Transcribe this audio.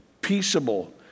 peaceable